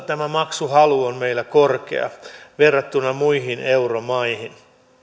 tämä maksuhalu on meillä korkea verrattuna muihin euromaihin